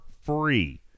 free